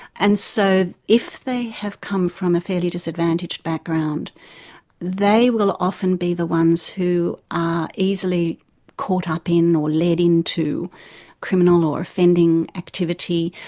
and so if they have come from a fairly disadvantaged background they will often be the ones who are easily caught up in, or led into criminal or offending activity,